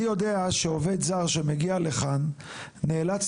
אני יודע שעובד זר שמגיע לכאן נאלץ